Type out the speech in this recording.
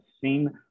seen